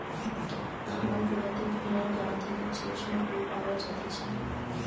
খামার গুলাতে ভেড়ার গা থেকে যে সব উল পাওয়া জাতিছে